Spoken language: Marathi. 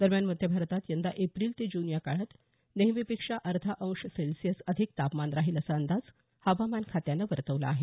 दरम्यान मध्य भारतात यंदा एप्रिल ते जून या काळात नेहमीपेक्षा अर्धा अंश सेल्सियस अधिक तापमान राहील असा अंदाज हवामान खात्यानं वर्तवला आहे